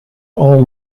all